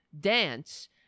dance